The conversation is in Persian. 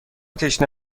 تشنه